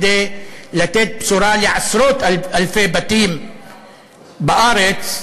כדי לתת בשורה לעשרות-אלפי בתים בארץ,